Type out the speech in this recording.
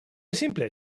simple